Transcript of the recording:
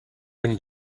when